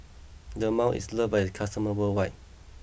Dermale is loved by its customers worldwide